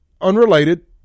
unrelated